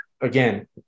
again